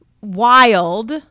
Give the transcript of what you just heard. wild